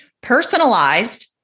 Personalized